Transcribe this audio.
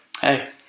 Hey